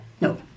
No